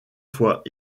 fois